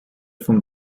vom